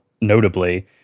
notably